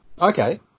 Okay